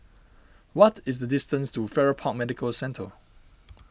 what is the distance to Farrer Park Medical Centre